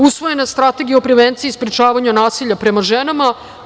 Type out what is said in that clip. Usvojena je Strategija o prevenciji sprečavanja nasilja prema ženama.